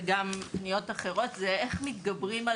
וגם מפניות אחרות היא איך מתגברים על